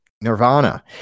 Nirvana